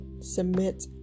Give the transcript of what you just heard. submit